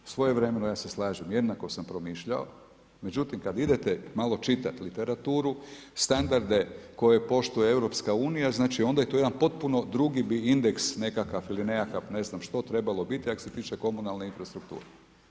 Svojevremeno ja se slažem jednako sam promišljao, međutim, kad idete malo čitat literaturu, standarde koje poštuje Europska unija onda je to jedan potpuno drugi indeks nekakav ili nekakav ne znam što trebalo biti ako se tiče komunalne infrastrukture.